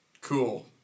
Cool